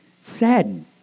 saddened